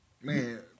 Man